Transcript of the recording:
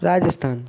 Rajasthan